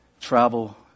travel